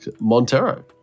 Montero